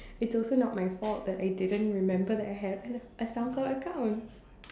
it's also not my fault that I didn't remember that I had a Soundcloud account